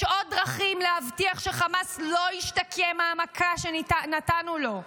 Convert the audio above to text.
יש עוד דרכים להבטיח שחמאס לא ישתקם מהמכה שנתנו לו.